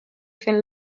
fent